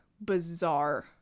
bizarre